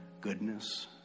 goodness